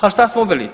A šta smo ubili?